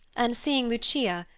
and, seeing lucia,